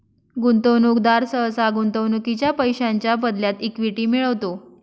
गुंतवणूकदार सहसा गुंतवणुकीच्या पैशांच्या बदल्यात इक्विटी मिळवतो